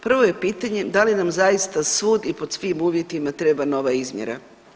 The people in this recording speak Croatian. Prvo je pitanje da li nam zaista sud pod tim uvjetima treba nova izmjera.